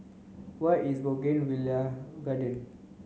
where is Bougainvillea Garden